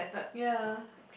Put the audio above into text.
ya